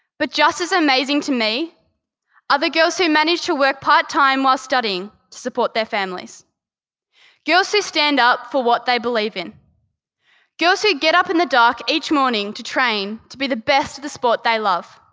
but just as amazing to me are the girls who manage to work part-time while studying their families girls who stand up for what they believe in girls who get up in the dark each morning, to train, to be the best at the sport they love